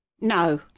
No